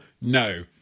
no